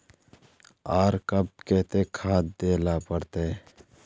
आर कब केते खाद दे ला पड़तऐ?